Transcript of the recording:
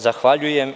Zahvaljujem.